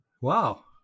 Wow